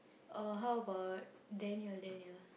uh how about Daniel Daniel